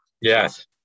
Yes